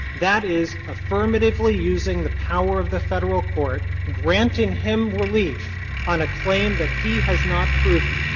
that is affirmatively using the power of the federal court, granting him relief on a claim that he has not proven,